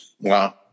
Wow